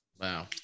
Wow